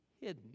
hidden